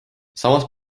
samas